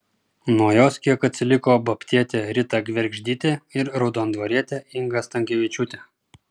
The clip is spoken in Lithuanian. nuo jos kiek atsiliko babtietė rita gvergždytė ir raudondvarietė inga stankevičiūtė